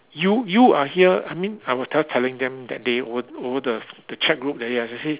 you you are here I mean I was tell telling them that day over over the the chat group ya they say